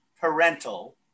parental